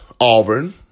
Auburn